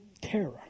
Terror